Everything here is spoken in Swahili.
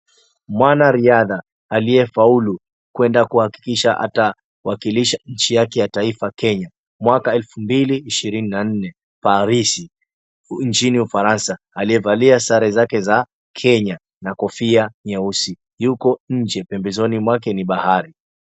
Mwanariadha aliyefaulu kwenda kuhakikisha atawakilisha nchi yake ya taifa Kenya mwaka elfu mbili ishirini na nne Paris nchini Ufaransa, aliyevalia sare zake za Kenya na kofia nyeusi yuko nje pembezoni mwake ni bahari.